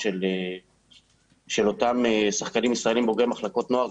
של אותם שחקנים ישראלים בוגרי מחלקות נוער,